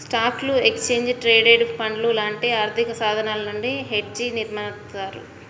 స్టాక్లు, exchange traded ఫండ్లు లాంటి ఆర్థికసాధనాల నుండి హెడ్జ్ని నిర్మిత్తారు